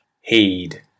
heed